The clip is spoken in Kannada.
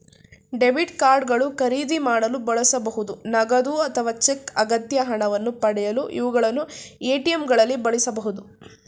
ಡೆಬಿಟ್ ಕಾರ್ಡ್ ಗಳು ಖರೀದಿ ಮಾಡಲು ಬಳಸಬಹುದು ನಗದು ಅಥವಾ ಚೆಕ್ ಅಗತ್ಯ ಹಣವನ್ನು ಪಡೆಯಲು ಇವುಗಳನ್ನು ಎ.ಟಿ.ಎಂ ಗಳಲ್ಲಿ ಬಳಸಬಹುದು